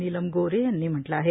नीलम गोऱ्हे यांनी म्हटलं आहे